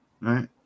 Right